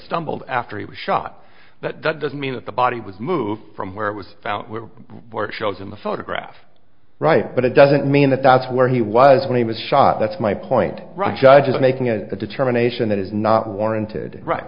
stumbled after he was shot that doesn't mean that the body was moved from where it was found or shows in the photograph right but it doesn't mean that that's where he was when he was shot that's my point right judge is making a determination that is not warranted right